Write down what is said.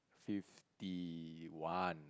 fifty one